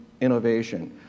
innovation